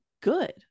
good